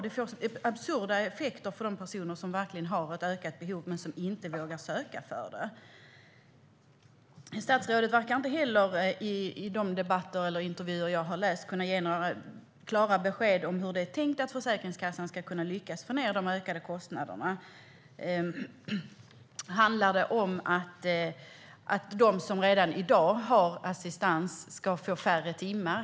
Det får absurda effekter för de personer som verkligen har ett ökat behov men som inte vågar söka för det. Statsrådet verkar inte heller i de debatter eller intervjuer jag har läst kunna ge några klara besked om hur det är tänkt att Försäkringskassan ska lyckas få ned de ökade kostnaderna. Handlar det om att de som redan i dag har assistans ska få färre timmar?